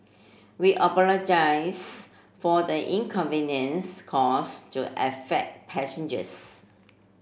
we apologise for the inconvenience caused to affect passengers